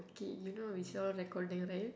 okay you know it's all recording right